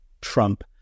Trump